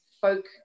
folk